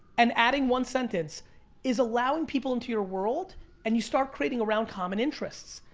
and adding one sentence is allowing people into your world and you start creating around common interests.